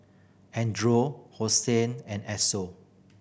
Andre Hosen and Esso